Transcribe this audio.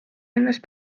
ennast